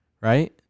Right